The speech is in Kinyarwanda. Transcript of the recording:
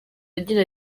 agira